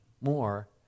more